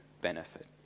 benefit